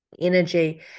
energy